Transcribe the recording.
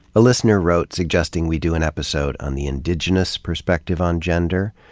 a listener wrote suggesting we do an episode on the indigenous perspective on gender,